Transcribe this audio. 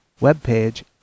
webpage